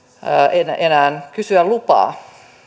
enää enää kysyä lupaa